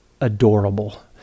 adorable